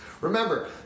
Remember